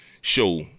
show